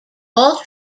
all